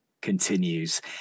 continues